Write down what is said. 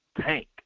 Tank